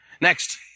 Next